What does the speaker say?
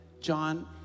John